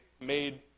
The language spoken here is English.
made